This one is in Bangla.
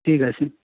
ঠিক আছে